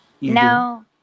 no